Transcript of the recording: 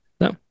No